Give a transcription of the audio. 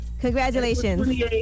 Congratulations